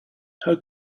how